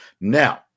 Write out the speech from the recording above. Now